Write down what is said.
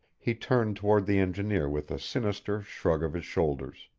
he turned toward the engineer with a sinister shrug of his shoulders.